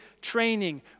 training